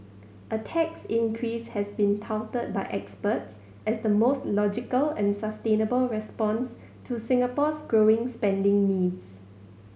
a tax increase has been touted by experts as the most logical and sustainable response to Singapore's growing spending needs